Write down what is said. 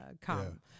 come